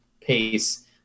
pace